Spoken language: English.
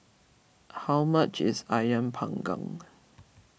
how much is Ayam Panggang